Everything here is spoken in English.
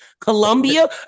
Colombia